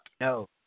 No